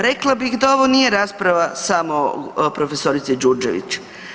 Rekla bih da ovo nije rasprava samo o prof. Đurđević.